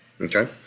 Okay